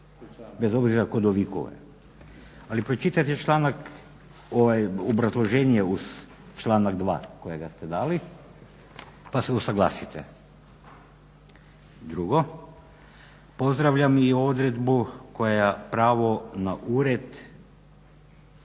bez obzira tko dovikuje. Ali pročitajte obrazloženje uz članak 2. kojega ste dali, pa se usaglasite. Drugo, pozdravljam i odredbu koja pravo na ured,